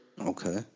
Okay